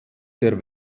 der